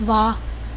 ਵਾਹ